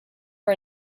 for